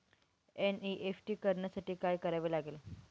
NEFT करण्यासाठी काय करावे लागते?